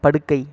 படுக்கை